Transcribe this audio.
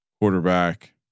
quarterback